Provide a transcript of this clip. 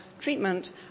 treatment